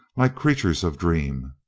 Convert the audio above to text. like creatures of dream.